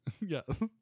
Yes